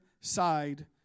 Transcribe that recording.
side